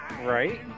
Right